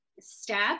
step